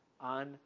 on